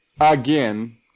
Again